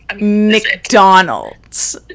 McDonald's